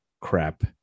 crap